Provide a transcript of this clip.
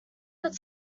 this